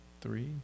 Three